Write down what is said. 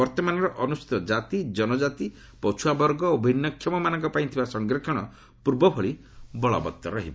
ବର୍ତ୍ତମାନର ଅନୁସୁଚିତ କାତି କନକାତି ପଛୁଆବର୍ଗ ଓ ଭିନ୍ନକ୍ଷମମାନଙ୍କ ପାଇଁ ଥିବା ସଂରକ୍ଷଣ ପୂର୍ବଭଳି ବଳବତ୍ତର ରହିବ